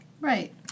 Right